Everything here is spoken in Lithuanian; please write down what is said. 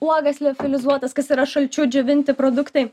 uogas liofilizuotas kas yra šalčiu džiovinti produktai